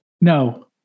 No